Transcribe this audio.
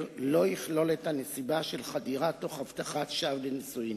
לא יכלול את הנסיבה של חדירה תוך הבטחת שווא לנישואין,